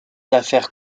d’affaires